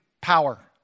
power